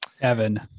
Evan